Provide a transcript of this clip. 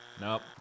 nope